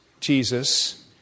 Jesus